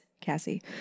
Cassie